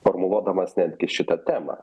formuluodamas netgi šitą temą